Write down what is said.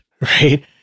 Right